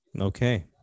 Okay